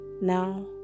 Now